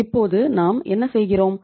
இப்போது நாம் என்ன செய்கிறோம்